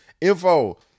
info